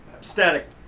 static